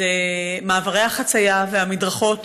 זה מעברי החציה והמדרכות,